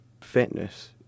fitness